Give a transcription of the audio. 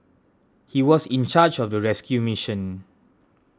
he was in charge of the rescue mission